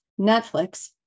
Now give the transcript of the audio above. Netflix